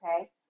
Okay